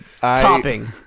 Topping